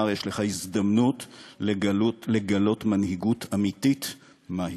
אומר שיש לך הזדמנות לגלות מנהיגות אמיתית מהי.